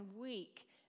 weak